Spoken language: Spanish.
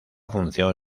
función